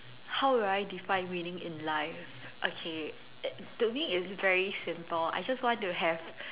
how would I define winning in life okay uh to me is very simple I just want to have